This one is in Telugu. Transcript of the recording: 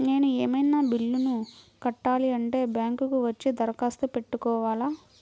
నేను ఏమన్నా బిల్లును కట్టాలి అంటే బ్యాంకు కు వచ్చి దరఖాస్తు పెట్టుకోవాలా?